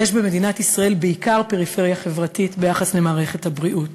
אבל יש במדינת ישראל בעיקר פריפריה חברתית ביחס למערכת הבריאות.